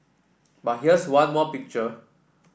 but here's one more picture